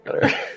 better